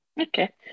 Okay